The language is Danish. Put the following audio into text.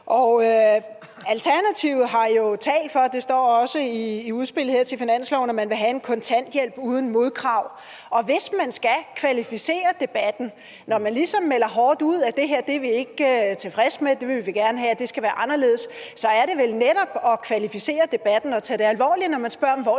Alternativet har jo talt for, og det står også i udspillet her til finansloven, at man vil have en kontanthjælp uden modkrav. Og hvis debatten skal kvalificeres, og man ligesom melder hårdt ud og siger, at det her er vi ikke tilfredse med, og det vil vi gerne have var anderledes, så er det vel netop at kvalificere debatten at tage det alvorligt, når vi spørger, hvor